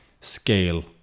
scale